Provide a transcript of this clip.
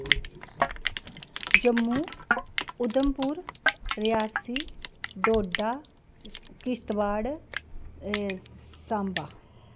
Jammu Udhampur Reasi Doda Kishtwar Samba